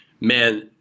man